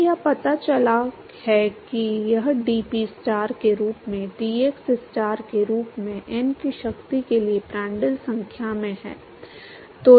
तो यह पता चला है कि यह dPstar के रूप में dxstar के रूप में n की शक्ति के लिए प्रांड्ल संख्या में है